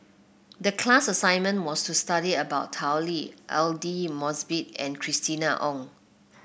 the class assignment was to study about Tao Li Aidli Mosbit and Christina Ong